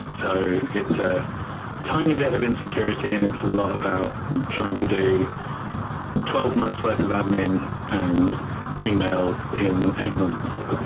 so it's a tiny bit of insecurity, and it's a lot about trying to do twelve months'-worth of admin and emails in eight months.